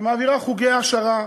שמעבירה חוגי העשרה,